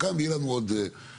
וכאן יהיו לנו עוד וויכוחים.